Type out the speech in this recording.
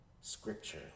scripture